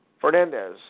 Fernandez